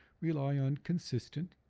rely on consistent,